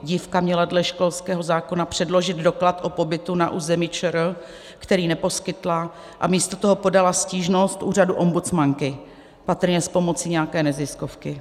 Dívka měla dle školského zákona předložit doklad o pobytu na území ČR, který neposkytla, a místo toho podala stížnost úřadu ombudsmanky, patrně s pomocí nějaké neziskovky.